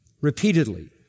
repeatedly